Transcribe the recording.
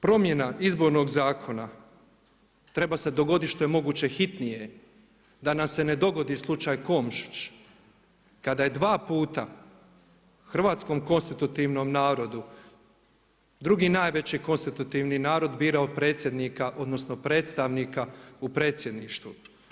Promjena izbornog zakona treba se dogoditi što je moguće hitnije, da nam se dogodi slučaj Komšić kada je dva puta hrvatskom konstitutivnom narodu, drugi najveći konstitutivni narod birao predsjednika odnosno predstavnika u predsjedništvu.